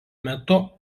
metu